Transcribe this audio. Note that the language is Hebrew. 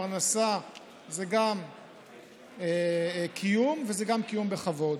פרנסה זה גם קיום וזה גם קיום בכבוד.